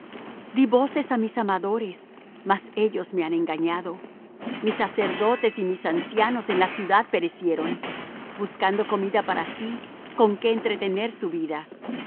dí voces á mis amadores mas ellos me han engañado mis sacerdotes y mis ancianos en la ciudad perecieron buscando comida para sí con que entretener su vida